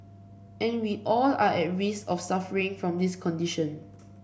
and we all are at risk of suffering from this condition